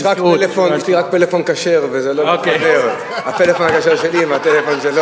יש לי רק פלאפון כשר, וזה לא